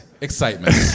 excitement